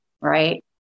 right